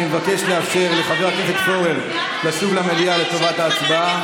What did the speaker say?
אני מבקש לאפשר לחבר הכנסת פורר לשוב למליאה לטובת ההצבעה.